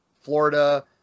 Florida